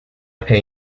pay